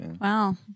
Wow